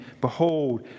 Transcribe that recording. Behold